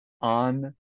on